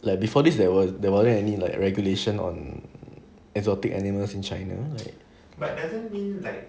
like before this there was there wasn't any like regulation on exotic animals in china